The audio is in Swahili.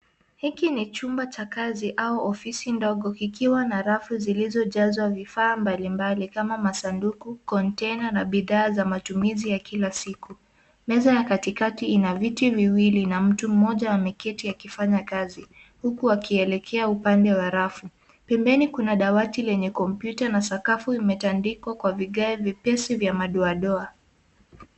Hiki ni chumba cha kazi au ofisi ndogo kikiwa na rafu zilizojazwa vifaa mbalimbali kama masanduku, (cs)container(cs) na bidhaa za matumizi ya kila siku. Meza ya katikati ina viti viwili na mtu mmoja ameketi akifanya kazi huku akielekea upande wa rafu. Pembeni kuna dawati lenye kompyuta na sakafu imetandikwa kwa vigae vipesi vya madoadoa.